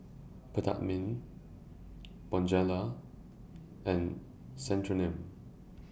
Peptamen Bonjela and Centrum